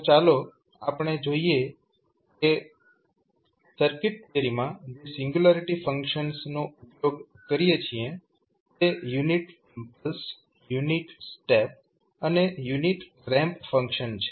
તો ચાલો જોઈએ કે આપણે સર્કિટ થિયરી માં જે સિંગ્યુલારિટી ફંક્શન્સનો ઉપયોગ કરીએ છીએ તે યુનિટ ઇમ્પલ્સ યુનિટ સ્ટેપ અને યુનિટ રેમ્પ ફંક્શન છે